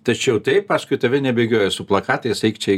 tačiau taip paskui tave nebėgioja su plakatais eik čia